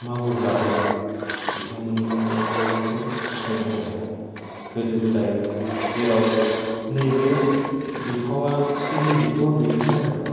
मावोब्लाबो बिथांंमोननि न' बांखौ सिफायनो हाया गोदो गोदाय जेराव नैबे बिफावा चिथेमनि बिफावा गैयैनि जाहोनाव